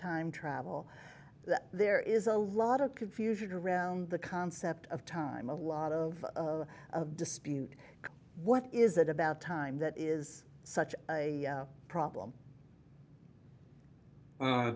time travel that there is a lot of confusion around the concept of time a lot of of dispute what is it about time that is such a problem